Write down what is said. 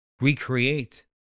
recreate